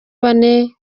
bane